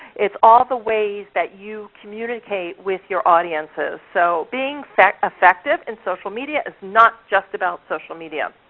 it's all the ways that you communicate with your audiences. so being effective in social media, is not just about social media.